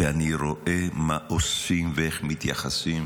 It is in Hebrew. ואני רואה מה עושים ואיך מתייחסים